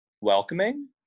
welcoming